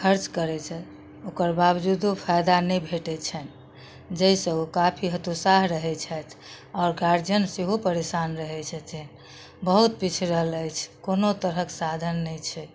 खर्च करय छथि ओकर बावजूदो फायदा नहि भेटय छनि जैसँ ओ काफी हतोत्साह रहय छथि आओर गार्जियन सेहो परेशान रहय छथिन बहुत पिछड़ल अछि कोनो तरहक साधन नहि छै